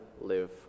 live